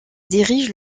dirige